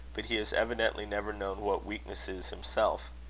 but he has evidently never known what weakness is himself.